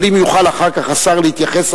אבל אם יוכל אחר כך השר להתייחס,